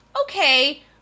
okay